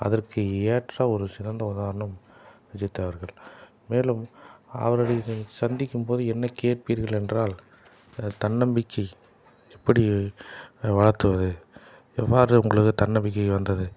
அதற்கு ஏற்ற ஒரு சிறந்த உதாரணம் அஜித் அவர்கள் மேலும் அவர்களை சந்திக்கும்போது என்ன கேட்பீர்கள் என்றால் தன்னம்பிக்கை எப்படி வளர்த்துவது எவ்வாறு உங்களுக்கு தன்னம்பிக்கை வந்தது